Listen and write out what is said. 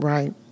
Right